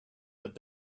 but